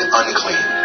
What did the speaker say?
unclean